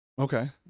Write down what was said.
Okay